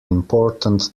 important